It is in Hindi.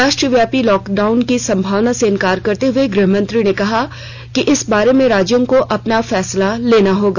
राष्ट्रव्यापी लॉकडाउन की संभावना से इनकार करते हए गुहमंत्री ने कहा कि इस बारे में राज्यों को अपना फैसला लेना होगा